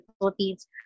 philippines